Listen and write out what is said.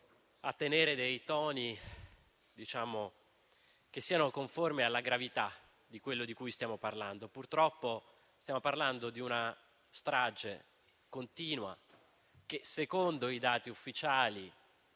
a tenere toni conformi alla gravità di ciò di cui stiamo parlando. Purtroppo, stiamo parlando di una strage continua che - secondo i dati ufficiali